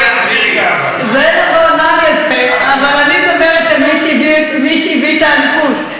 אבל אני מדברת על מי שהביא את האליפות: